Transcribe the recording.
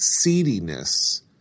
seediness